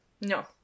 No